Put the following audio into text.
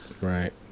right